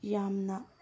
ꯌꯥꯝꯅ